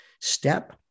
step